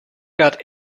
got